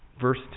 verse